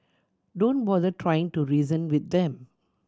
don't bother trying to reason with them